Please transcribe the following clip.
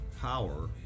power